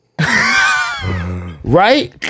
Right